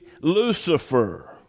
Lucifer